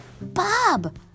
Bob